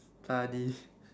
study